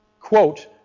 quote